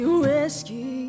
whiskey